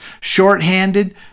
shorthanded